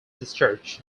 discharge